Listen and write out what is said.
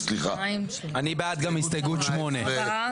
ארבעה.